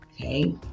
Okay